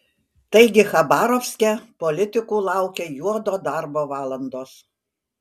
taigi chabarovske politikų laukia juodo darbo valandos